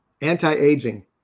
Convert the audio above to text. Anti-aging